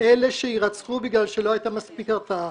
אלה שיירצחו בגלל שלא הייתה מספיק הרתעה,